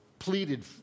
pleaded